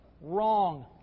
Wrong